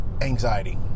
anxiety